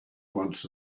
once